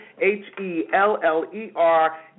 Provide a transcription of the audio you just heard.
H-E-L-L-E-R